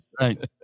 Right